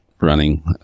running